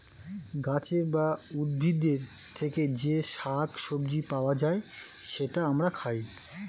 গাছের বা উদ্ভিদের থেকে যে শাক সবজি পাওয়া যায়, সেটা আমরা খাই